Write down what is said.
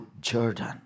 Jordan